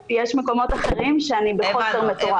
יש מקומות אחרים שאני בחוסר מטורף.